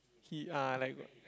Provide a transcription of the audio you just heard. he ah like